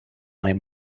may